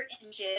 inches